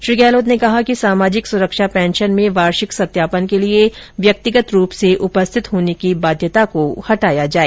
श्री गहलोत ने कहा कि सामाजिक सुरक्षा पेंशन में वार्षिक सत्यापन के लिए व्यक्तिगत रूप से उपस्थित होने की बाध्यता को हटाया जाए